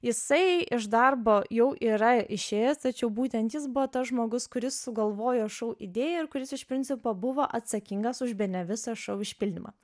jisai iš darbo jau yra išėjęs tačiau būtent jis buvo tas žmogus kuris sugalvojo šou idėją ir kuris iš principo buvo atsakingas už bene visą šou išpildymą